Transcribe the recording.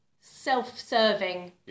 self-serving